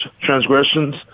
transgressions